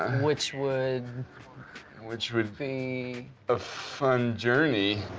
which would which would be? a fun journey.